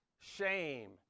shame